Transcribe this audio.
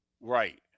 Right